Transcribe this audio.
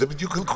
זאת בדיוק הנקודה,